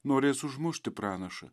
norės užmušti pranašą